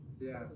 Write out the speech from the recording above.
yes